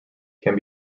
can